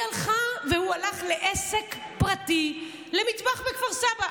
היא הלכה והוא הלך לעסק פרטי, למטווח בכפר סבא.